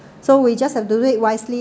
so we just have to wait wisely